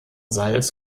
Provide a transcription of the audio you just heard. salz